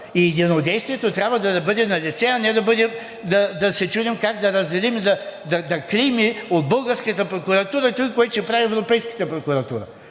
Единодействието трябва да бъде налице, а не да се чудим как да разделим и да крием от българската прокуратура това, което ще прави Европейската прокуратура.